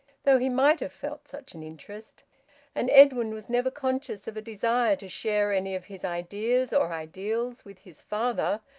though he might have felt such an interest and edwin was never conscious of a desire to share any of his ideas or ideals with his father,